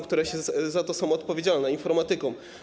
które są za to odpowiedzialne, informatykom.